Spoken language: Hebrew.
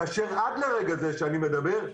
כאשר עד לרגע זה שאני מדבר,